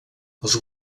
els